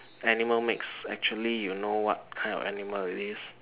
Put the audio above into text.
animal makes actually you know what kind of animal it is